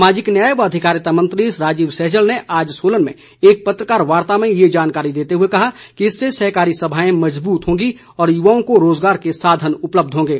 सामाजिक न्याय व अधिकारिता मंत्री राजीव सहजल ने आज सोलन में एक पत्रकार वार्ता में ये जानकारी देते हुए कहा कि इससे सहकारी सभाएं मजबूत होंगी और युवाओं को रोजगार के साधन उपलब्ध होंगे